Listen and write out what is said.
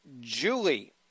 Julie